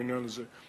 העניין הזה,